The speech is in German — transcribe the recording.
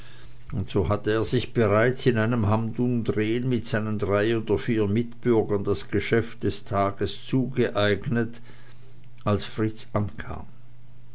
und so hatte er sich bereits in einem handumdrehen mit seinen drei oder vier mitbürgern das geschäft des tages zugeeignet als fritz ankam